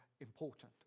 important